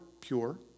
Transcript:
pure